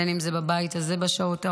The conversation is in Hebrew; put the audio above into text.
בין אם זה בבית הזה בשעות הארוכות,